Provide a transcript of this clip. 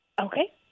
Okay